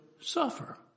suffer